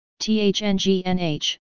THNGNH